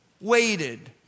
waited